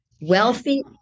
Wealthy